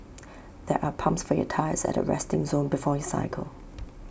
there are pumps for your tyres at the resting zone before you cycle